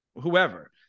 whoever